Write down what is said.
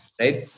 Right